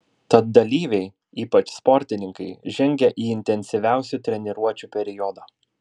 tad dalyviai ypač sportininkai žengia į intensyviausių treniruočių periodą